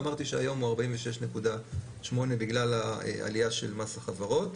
אמרתי שהיום הוא 46.8% בגלל העלייה של מס החברות